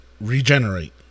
Regenerate